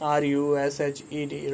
rushed